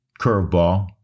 curveball